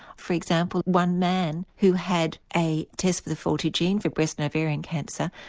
for example one man who had a test for the faulty gene for breast and ovarian cancer,